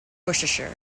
worcestershire